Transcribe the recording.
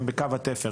שהם בקו התפר.